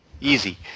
Easy